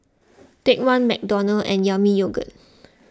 Take one McDonald's and Yami Yogurt